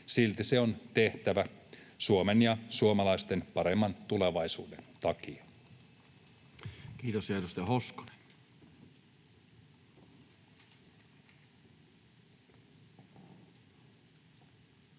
silti se on tehtävä Suomen ja suomalaisten paremman tulevaisuuden takia. Kiitos. — Ja edustaja Hoskonen. Arvoisa